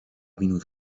minut